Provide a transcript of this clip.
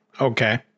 Okay